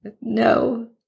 No